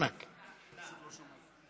אני הייתי פה.